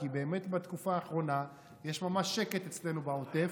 כי באמת בתקופה האחרונה יש ממש שקט אצלנו בעוטף.